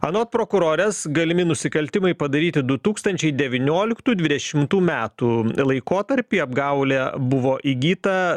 anot prokurorės galimi nusikaltimai padaryti du tūkstančiai devynioliktų dvidešimtų metų laikotarpį apgaule buvo įgyta